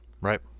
Right